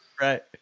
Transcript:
Right